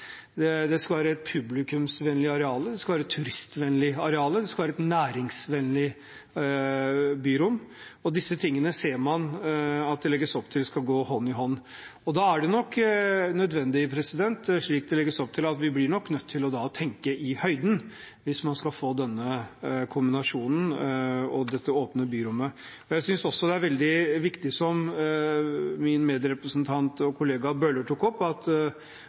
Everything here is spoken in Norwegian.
Det skal være et publikumsvennlig areal. Det skal være et turistvennlig areal. Det skal være et næringsvennlig byrom. Og disse tingene ser man at det skal legges opp til skal gå hånd i hånd. Da er det nok nødvendig, slik det legges opp til, at vi tenker i høyden hvis man skal få denne kombinasjonen og dette åpne byrommet. Jeg syns også det er veldig viktig, som min medrepresentant og kollega Bøhler tok opp, at